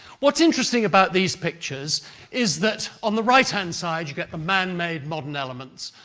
what's interesting about these pictures is that on the right-hand side, you get the manmade modern elements,